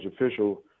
official